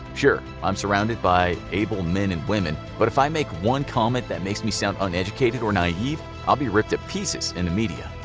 sure, i'm surrounded by able men and women, but if i make one comment that makes me sound uneducated or naive i'll be ripped to pieces in the media.